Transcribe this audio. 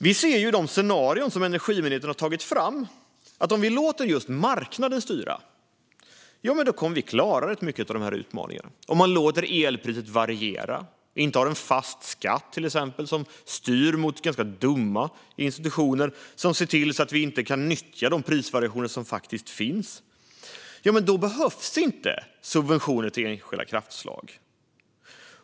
Vi ser i de scenarier som Energimyndigheten har tagit fram att om vi låter just marknaden styra kommer vi att klara rätt mycket av de här utmaningarna. Om man låter elpriset variera och till exempel inte har en fast skatt som styr mot ganska dumma institutioner som ser till att vi inte kan nyttja de prisvariationer som faktiskt finns, då behövs inte subventioner till enskilda kraftslag.